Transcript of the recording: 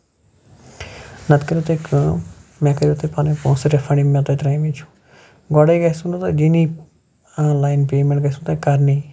نہ تہٕ کٔریو تُہۍ کٲم مےٚ کٔریو تُہۍ پَنٕنۍ پونسہٕ رِفنڈ یِم مےٚ تۄہہِ ترٲومٕتۍ چھِو گۄڈٕے گژھنہٕ تۄہہِ دِنہِ آن لاین پیمنیٹ گژھِ نہٕ تۄہہِ کَرنہِ